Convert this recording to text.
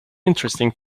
interesting